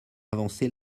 avancer